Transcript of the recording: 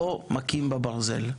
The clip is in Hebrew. או מכים בברזל?